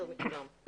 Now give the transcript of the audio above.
מחיפה